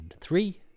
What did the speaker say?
three